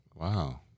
Wow